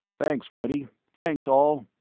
thanks, freddy. thanks all,